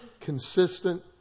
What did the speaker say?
consistent